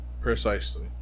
Precisely